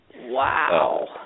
Wow